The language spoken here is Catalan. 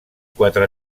quatre